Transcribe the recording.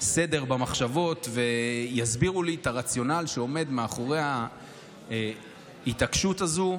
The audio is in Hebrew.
סדר במחשבות ויסבירו לי את הרציונל שעומד מאחורי ההתעקשות הזו,